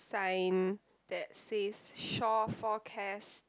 sign that says short for cash